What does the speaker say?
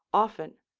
often,